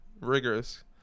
rigorous